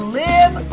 live